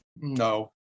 No